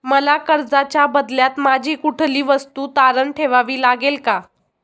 मला कर्जाच्या बदल्यात माझी कुठली वस्तू तारण ठेवावी लागेल का?